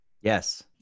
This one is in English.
yes